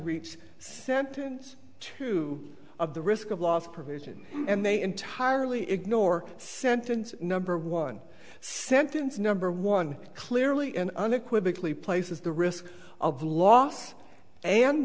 reduce sentence two of the risk of loss provision and they entirely ignore sentence number one sentence number one clearly and unequivocally places the risk of loss and